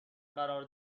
قرار